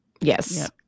Yes